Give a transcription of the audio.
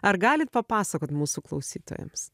ar galit papasakot mūsų klausytojams